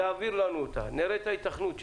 יעביר לנו את זה, נראה את ההיתכנות.